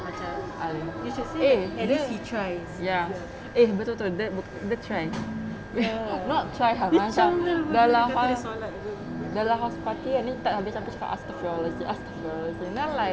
!alah! eh dia ya eh betul betul dia dia try not try ah macam dalam dalam house party kan dia tak habis-habis cakap astarghfirullahazim astarghfirullahalazim then I'm like